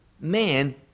man